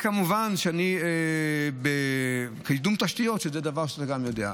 כמובן שיש קידום תשתיות, שזה דבר שאתה גם יודע.